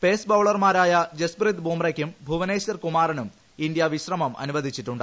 pace ബൌളർമാരായ ജസ്പ്രീത് ബുമ്രയ്ക്കും ഭുവനേശ്വർ കുമാറിനും ഇന്ത്യ വിശ്രമം അനുവദിച്ചിട്ടുണ്ട്